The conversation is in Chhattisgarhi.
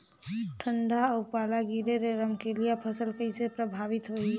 ठंडा अउ पाला गिरे ले रमकलिया फसल कइसे प्रभावित होही?